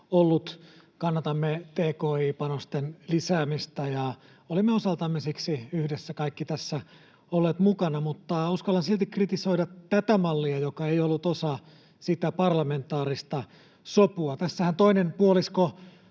Kannatamme tki-panosten lisäämistä ja olemme osaltamme siksi yhdessä kaikki tässä olleet mukana, mutta uskallan silti kritisoida tätä mallia, joka ei ollut osa sitä parlamentaarista sopua. Tässähän toinen puolisko,